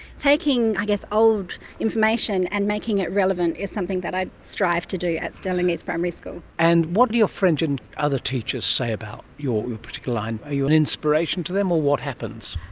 taking i guess old information and making it relevant is something that i strive to do at stirling east primary school. and what do your friends and other teachers say about your particular line? are you an inspiration to them or what happens?